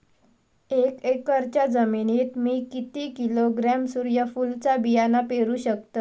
एक एकरच्या जमिनीत मी किती किलोग्रॅम सूर्यफुलचा बियाणा पेरु शकतय?